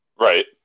Right